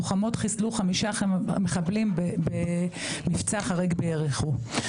לוחמות חיסלו חמישה מחבלים במבצע חריג ביריחו,